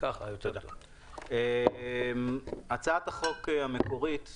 הצעת החוק המקורית אושרה,